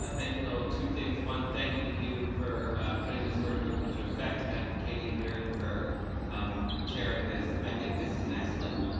um thank you, little two things. one, thank you to you for putting this work in europe into effect and katie and viren for um sharing this. i think this is an excellent